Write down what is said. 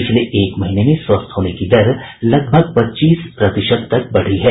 पिछले एक महीने में स्वस्थ होने की दर लगभग पच्चीस प्रतिशत तक बढ़ी है